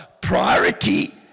Priority